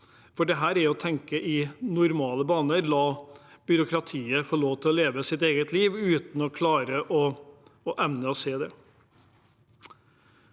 for dette er å tenke i normale baner og la byråkratiet få lov til å leve sitt eget liv uten å evne å se det.